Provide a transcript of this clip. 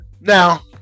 Now